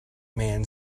man